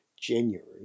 January